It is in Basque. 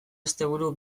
asteburu